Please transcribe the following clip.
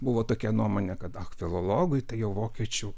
buvo tokia nuomonė kad ak filologui tai jau vokiečių